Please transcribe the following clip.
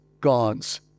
God's